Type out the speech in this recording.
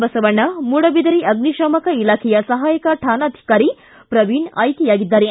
ಬಸವಣ್ಣ ಮೂಡಬಿದರೆ ಅಗ್ನಿಶಾಮಕ ಇಲಾಖೆಯ ಸಹಾಯಕ ಠಾಣಾಧಿಕಾರಿ ಪ್ರವೀಣ್ ಆಯ್ಲೆಯಾಗಿದ್ದಾರೆ